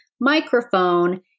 microphone